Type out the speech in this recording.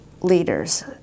leaders